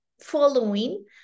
following